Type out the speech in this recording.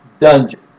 Dungeon